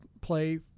play